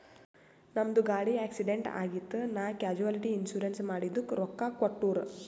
ನಮ್ದು ಗಾಡಿ ಆಕ್ಸಿಡೆಂಟ್ ಆಗಿತ್ ನಾ ಕ್ಯಾಶುಲಿಟಿ ಇನ್ಸೂರೆನ್ಸ್ ಮಾಡಿದುಕ್ ರೊಕ್ಕಾ ಕೊಟ್ಟೂರ್